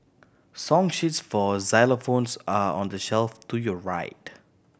song sheets for xylophones are on the shelf to your right